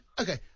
Okay